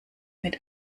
mit